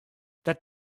that